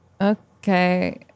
Okay